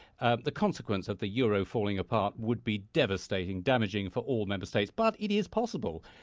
ah the consequence of the euro falling apart would be devastating, damaging for all member states. but it is possible.